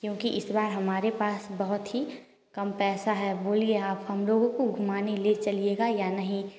क्योंकि इस बार हमारे पास बहुत ही कम पैसा है बोलिए आप हम लोगों को घुमाने ले चलिएगा या नहीं